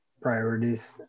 priorities